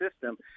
system